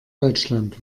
deutschland